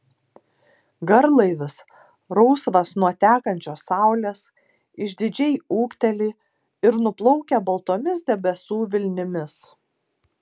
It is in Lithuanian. garlaivis rausvas nuo tekančios saulės išdidžiai ūkteli ir nuplaukia baltomis debesų vilnimis